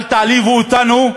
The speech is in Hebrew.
אל תעליבו אותנו יותר.